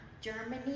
Germany